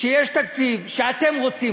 שיש תקציב שאתם רוצים,